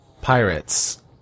Pirates